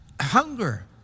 hunger